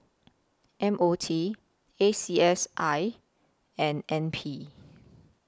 M O T A C S I and N P